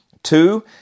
Two